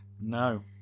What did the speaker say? no